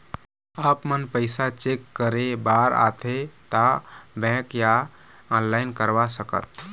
आपमन पैसा चेक करे बार आथे ता बैंक या ऑनलाइन करवा सकत?